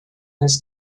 his